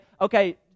okay